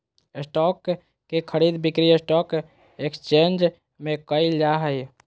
stock के खरीद बिक्री स्टॉक एकसचेंज में क़इल जा हइ